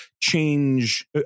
change